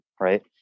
right